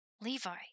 Levi